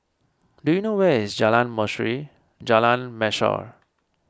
do you know where is Jalan Mashhor Jalan